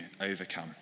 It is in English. overcome